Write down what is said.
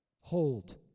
Hold